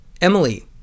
Emily